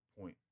point